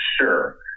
Sure